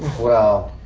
well,